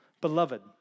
Beloved